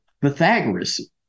Pythagoras